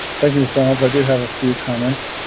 thank you sounds i do have a few comments.